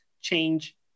change